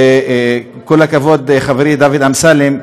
וכל הכבוד, חברי דוד אמסלם,